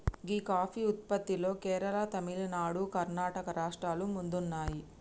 గీ coffee ఉత్పత్తిలో కేరళ, తమిళనాడు, కర్ణాటక రాష్ట్రాలు ముందున్నాయి